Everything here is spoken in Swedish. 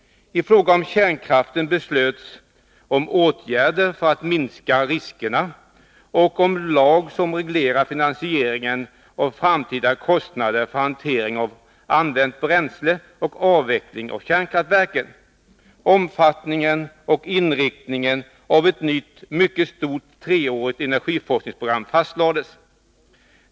I fråga om kärnkraften fattades beslut om åtgärder för att minska riskerna och om en lag som reglerar finansieringen av framtida kostnader för hantering av använt bränsle och avveckling av kärnkraftverken. Omfattningen och inriktningen av ett nytt, mycket stort treårigt energiforskningsprogram fastlades.